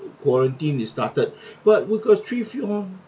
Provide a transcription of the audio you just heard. quarantine is started but we got three few more